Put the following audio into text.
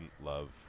love